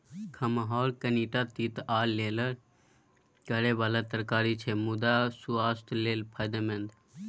खमहाउर कनीटा तीत आ लेरलेर करय बला तरकारी छै मुदा सुआस्थ लेल फायदेमंद